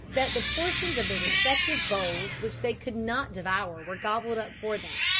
that the portions of their respective bowls which they could not devour were gobbled up for them.